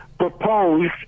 proposed